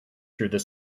through